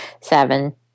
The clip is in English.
Seven